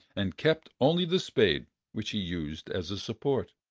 and kept only the spade which he used as a support.